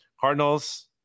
Cardinals